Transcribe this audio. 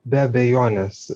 be abejonės